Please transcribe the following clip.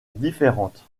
différentes